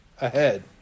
ahead